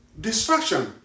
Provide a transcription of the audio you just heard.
Distraction